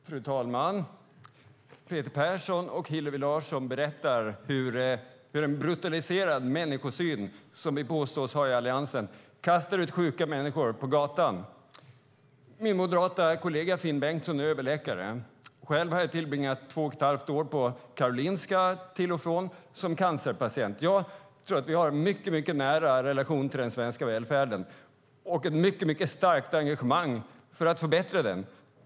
Fru talman! Peter Persson och Hillevi Larsson berättar hur en brutaliserad människosyn som vi påstås ha i Alliansen kastar ut sjuka människor på gatan. Min moderata kollega Finn Bengtsson är överläkare. Själv har jag till och från tillbringat två och ett halvt år på Karolinska som cancerpatient. Jag tror att vi har en mycket nära relation till den svenska välfärden och ett mycket starkt engagemang för att förbättra den.